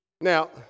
Now